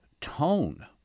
tone